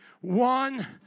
one